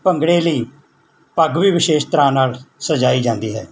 ਭੰਗੜੇ ਲਈ ਪੱਗ ਵੀ ਵਿਸ਼ੇਸ਼ ਤਰ੍ਹਾਂ ਨਾਲ ਸਜਾਈ ਜਾਂਦੀ ਹੈ